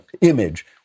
image